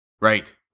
Right